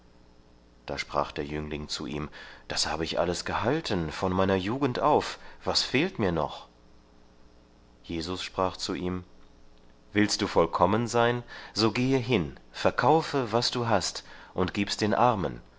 da sprach der jüngling zu ihm das habe ich alles gehalten von meiner jugend auf was fehlt mir noch jesus sprach zu ihm willst du vollkommen sein so gehe hin verkaufe was du hast und gib's den armen